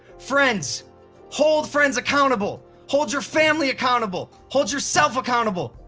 friends hold friends accountable. hold your family accountable. hold yourself accountable.